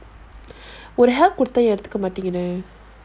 எதுத்துகமாட்டேங்களே:eduthuka matangale